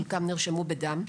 חלקם נרשמו בדם,